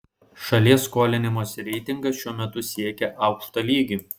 šalies skolinimosi reitingas šiuo metu siekia aukštą lygį